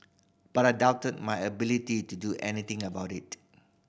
but I doubted my ability to do anything about it